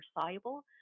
soluble